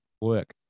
work